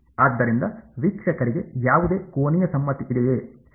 ಆದ್ದರಿಂದ ವೀಕ್ಷಕರಿಗೆ ಯಾವುದೇ ಕೋನೀಯ ಸಮ್ಮಿತಿ ಇದೆಯೇ